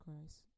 Christ